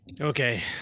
Okay